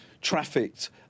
trafficked